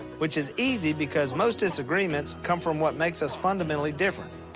which is easy because most disagreements come from what makes us fundamentally different.